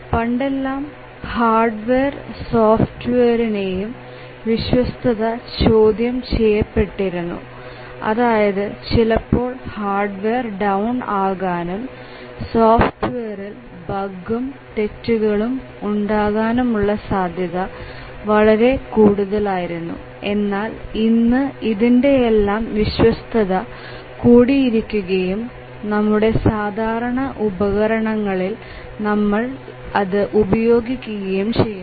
പണ്ടെല്ലാം hardware സോഫ്റ്റ്വെയറിനെയും വിശ്വസ്തത ചോദ്യം ചെയ്യപ്പെട്ടിരുന്നു അതായത് ചിലപ്പോൾ ഹാർഡ്വെയർ ടൌൺ ആകാനും സോഫ്റ്റ്വെയറിൽ ബഗും തെറ്റുകൾ ഉണ്ടാകാനുള്ള സാധ്യത വളരെ കൂടുതലായിരുന്നു എന്നാൽ ഇന്ന് ഇതിന്റെ എല്ലാം വിശ്വസ്തത കൂടി ഇരിക്കുകയും നമ്മുടെ സാധാരണ ഉപകരണങ്ങളിൽ നമ്മൾ അത് ഉപയോഗിക്കുകയും ചെയ്യുന്നു